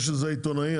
יש איזה עיתונאי,